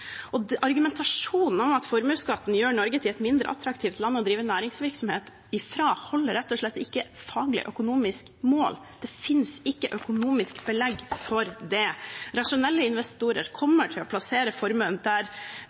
Argumentasjonen om at formuesskatten gjør Norge til et mindre attraktivt land å drive næringsvirksomhet fra, holder rett og slett ikke faglig økonomisk mål. Det finnes ikke økonomisk belegg for det. Rasjonelle investorer kommer til å plassere formuen der